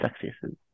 successes